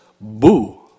Boo